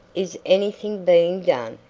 is anything being done?